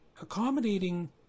accommodating